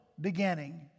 beginning